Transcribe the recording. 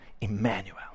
Emmanuel